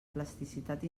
plasticitat